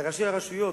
לראשי הרשויות,